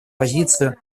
позицию